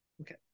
Okay